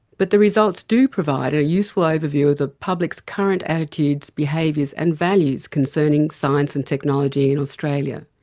but the results do provide a useful overview of the public's current attitudes, behaviours and values concerning science and technology in australia.